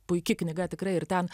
puiki knyga tikrai ir ten